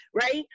right